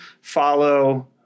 follow